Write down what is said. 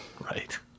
Right